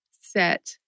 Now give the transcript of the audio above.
set